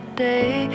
day